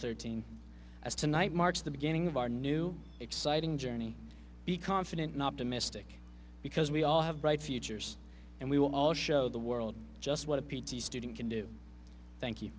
thirteen as tonight marks the beginning of our new exciting journey be confident an optimistic because we all have bright futures and we will all show the world just what a p t student can do thank you